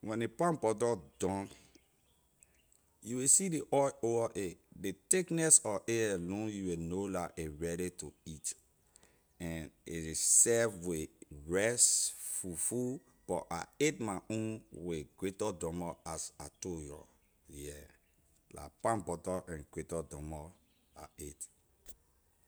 when ley palm butter done you will see ley oil over a ley thickness of a alone you will know la a ready to eat and it is serve with rice, fufu but I ate my own with gritter dumboy as I told your yeah la palm butter and gritter dumboy I ate.